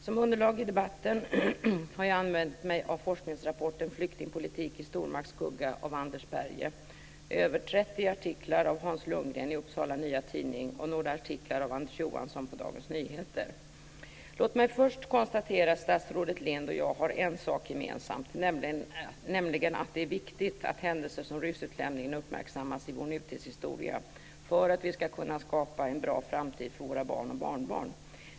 Som underlag i debatten har jag använt mig av forskningsrapporten Flyktingpolitik i stormakts skugga av Anders Berge samt av över 30 artiklar av Hans Låt mig först konstatera att statsrådet Lindh och jag har en sak gemensamt, nämligen uppfattningen att det är viktigt att händelser som exempelvis ryssutlämningen uppmärksammas i vår nutidshistoria för att vi ska kunna skapa en bra framtid för våra barn och barnbarn.